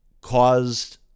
caused